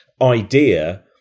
idea